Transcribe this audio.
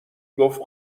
گفت